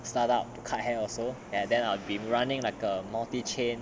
start out cut hair also and ya then I'll be running like a multi chain